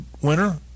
winner